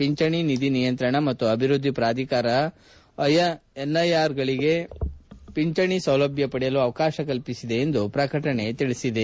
ಪಿಂಚಣಿ ನಿಧಿ ನಿಯಂತ್ರಣ ಮತ್ತು ಅಭಿವೃದ್ಧಿ ಪ್ರಾಧಿಕಾರ ಎನ್ಆರ್ಐ ಗಳಿಗೆ ಪಿಂಚಣಿ ಸೌಲಭ್ಯ ಪಡೆಯಲು ಅವಕಾಶ ಕಲ್ಪಿಸಿದೆ ಎಂದು ಪ್ರಕಟಣೆಯಲ್ಲಿ ತಿಳಿಸಿದೆ